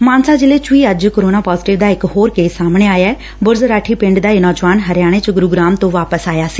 ਮਾਨਸਾ ਜ਼ਿਲੇ ਚ ਵੀ ਅੱਜ ਕੋਰੋਨਾ ਪਾਜੇਟਿਵ ਦਾ ਇਕ ਹੋਰ ਕੇਸ ਸਾਹਮਣੇ ਆਇਐ ਬੁਰਜ਼ ਰਾਠੀ ਪਿੰਡ ਦਾ ਇਹ ਨੌਜਵਾਨ ਹਰਿਆਣੇ ਚ ਗੁਰੂ ਗਰਾਮ ਤੋ ਵਾਪਸ ਆਇਆ ਸੀ